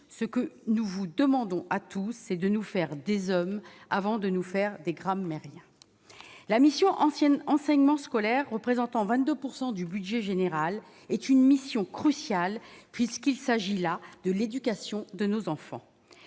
ce que nous vous demandons à tous c'est de nous faire des hommes avant de nous faire des grammes rien la mission ancienne enseignement scolaire représentant 22 pourcent du budget général est une mission cruciale puisqu'il s'agit là de l'éducation de nos enfants,